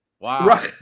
Wow